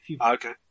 Okay